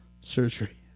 surgery